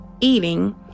eating